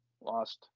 lost